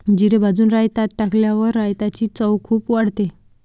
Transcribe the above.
जिरे भाजून रायतात टाकल्यावर रायताची चव खूप वाढते